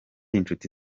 inshuti